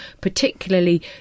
particularly